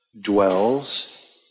dwells